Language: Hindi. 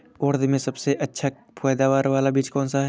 उड़द में सबसे अच्छा पैदावार वाला बीज कौन सा है?